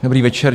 Dobrý večer.